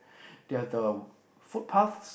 they are the foot paths